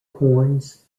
coins